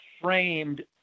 framed